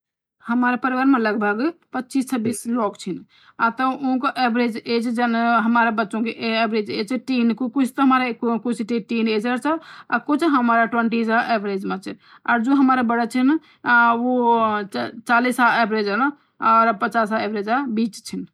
हमारा परिवार माँ लगभग पचीस छबिस लोग चीन और ठोकी एवरेज आगे जन हमारा बच्चो की एवरेज ऐज ची जन कुछ तोह हमारा टीनएज और कुछ हुएमृ ट्वंटीज एवरेज माँ ची और जो हमारा बड़ा चीन वो चालीसा एवरेज और पचासा एवरेज भी चीन